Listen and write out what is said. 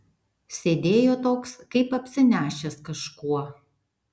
sėdėjo toks kaip apsinešęs kažkuo